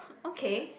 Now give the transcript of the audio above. okay